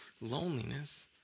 loneliness